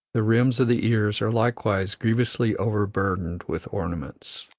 the rims of the ears are likewise grievously overburdened with ornaments.